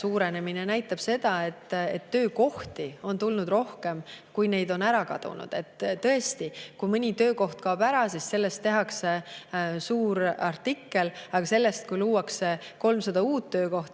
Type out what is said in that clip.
näitab seda, et töökohti on tulnud rohkem, kui neid on ära kadunud. Tõesti, kui mõni töökoht kaob ära, siis sellest tehakse suur artikkel, aga sellest, kui luuakse 300 uut töökohta,